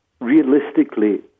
realistically